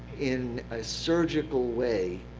in a surgical way,